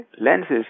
lenses